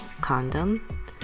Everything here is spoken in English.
Condom